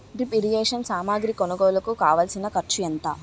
drip irrigation సామాగ్రి కొనుగోలుకు కావాల్సిన ఖర్చు ఎంత